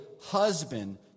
husband